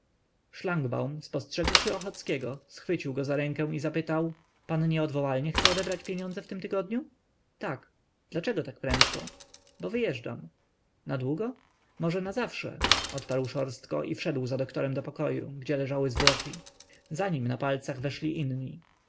szlangbaum spostrzegłszy ochockiego schwycił go za rękę i zapytał pan nieodwołalnie chce odebrać pieniądze w tym tygodniu tak dlaczego tak prędko bo wyjeżdżam na długo może na zawsze odparł szorstko i wszedł za doktorem do pokoju gdzie leżały zwłoki za nim na palcach weszli inni